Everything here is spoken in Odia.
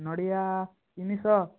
ନଡ଼ିଆ ତିନିଶହ